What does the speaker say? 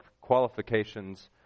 qualifications